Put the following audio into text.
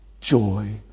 joy